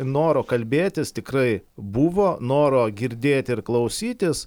noro kalbėtis tikrai buvo noro girdėti ir klausytis